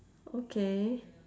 okay